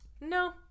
no